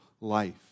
life